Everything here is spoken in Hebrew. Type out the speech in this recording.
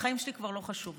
החיים שלי כבר לא חשובים,